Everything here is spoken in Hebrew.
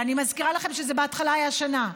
ואני מזכירה שלכם שבהתחלה זה היה שנה,